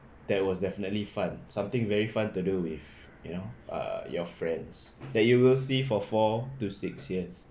that was definitely fun something very fun to do with you know err your friends that you will see for four to six years